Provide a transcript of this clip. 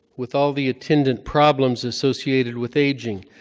with all the attendant problems associated with aging.